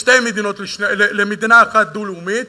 למדינה אחת דו-לאומית,